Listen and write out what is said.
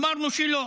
אמרנו שלא.